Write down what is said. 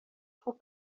خوب